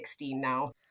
now